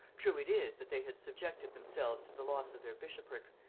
true it is that they had subjected themselves to the loss of their bishoprics,